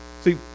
See